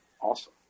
Awesome